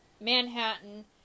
Manhattan